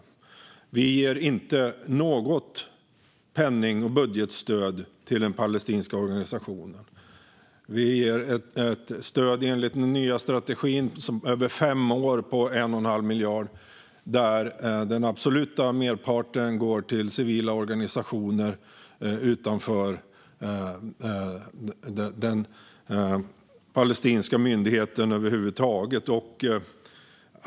Vi ger inte något penning och budgetstöd till den palestinska organisationen. Vi ger enligt den nya strategin ett stöd på 1 1⁄2 miljard över fem år. Den absoluta merparten går till civila organisationer utanför den palestinska myndigheten.